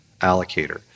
allocator